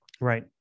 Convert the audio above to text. Right